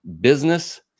Business